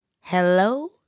Hello